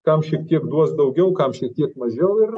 kam šiek tiek duos daugiau kam šiek tiek mažiau ir